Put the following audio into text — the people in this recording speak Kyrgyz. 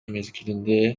мезгилинде